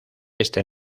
este